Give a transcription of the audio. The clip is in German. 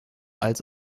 als